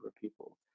people